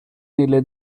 nelle